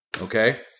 okay